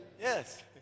Yes